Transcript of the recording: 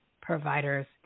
providers